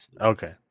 okay